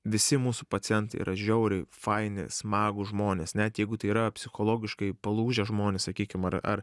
visi mūsų pacientai yra žiauriai faini smagūs žmonės net jeigu tai yra psichologiškai palūžę žmonės sakykim ar ar